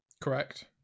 Correct